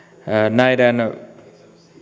näiden